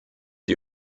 die